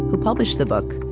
who published the book,